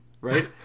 right